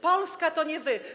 Polska to nie wy.